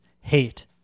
Hate